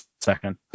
second